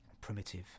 primitive